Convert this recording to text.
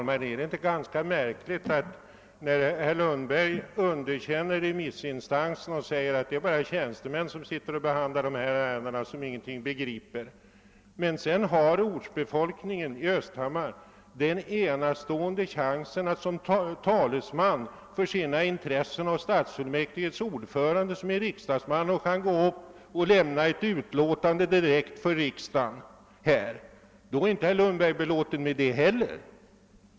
Herr talman! Herr Lundberg underkänner remissinstanserna och säger att där bara sitter tjänstemän som ingenting begriper av de här ärendena. Men när ortsbefolkningen i Östhammar har den enastående möjligheten att som talesman i riksdagen för sina intressen ha kommunalfullmäktiges ordförande, så är herr Lundberg inte belåten med det heller.